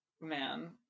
Man